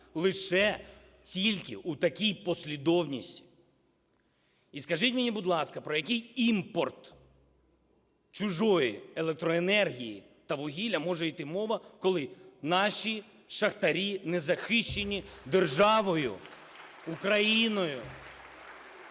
Лише тільки у такій послідовності. І скажіть мені, будь ласка, про який імпорт чужої електроенергії та вугілля може йти мова, коли наші шахтарі не захищені державою Україна.